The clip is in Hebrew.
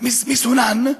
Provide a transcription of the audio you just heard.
מסונן.